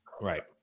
Right